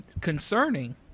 Concerning